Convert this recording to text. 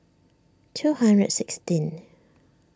two hundred and sixteenth